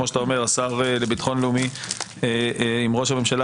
כמו שאותה אומר השר לביטחון לאומי עם ראש הממשלה